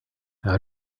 how